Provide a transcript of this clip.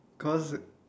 cause